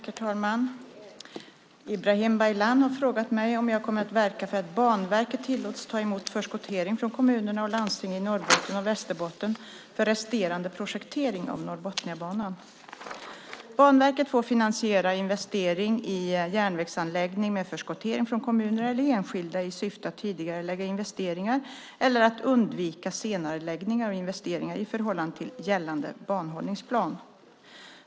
Herr talman! Ibrahim Baylan har frågat mig om jag kommer att verka för att Banverket tillåts att ta emot förskottering från kommunerna och landstingen i Norrbotten och Västerbotten för resterande projektering av Norrbotniabanan. Banverket får finansiera investering i järnvägsanläggning med förskottering från kommuner eller enskilda i syfte att tidigarelägga investeringar eller att undvika senareläggningar av investeringar i förhållande till gällande banhållningsplan.